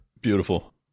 Beautiful